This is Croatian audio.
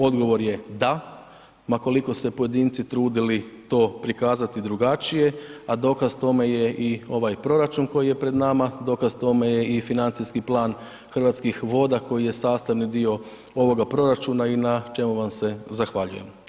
Odgovor je da, ma koliko se pojedinci trudili to prikazati drugačije, a dokaz tome je i ovaj proračun koji je pred nama, dokaz tome je i financijski plan Hrvatskih voda koji je sastavni dio ovoga proračuna i na čemu vam se zahvaljujem.